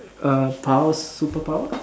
err powers superpower